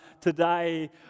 today